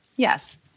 Yes